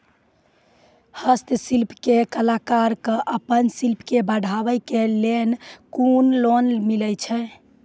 हस्तशिल्प के कलाकार कऽ आपन शिल्प के बढ़ावे के लेल कुन लोन मिलै छै?